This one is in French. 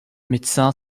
médecins